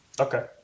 Okay